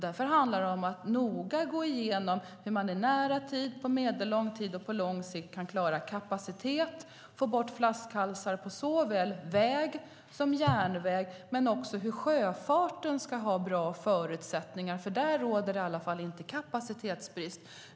Därför handlar det om att noga gå igenom hur man i nära tid, på medellång och på lång sikt kan klara kapaciteten, få bort flaskhalsar på såväl väg som järnväg men också skapa förutsättningar för sjöfarten, för där råder det i alla fall inte kapacitetsbrist.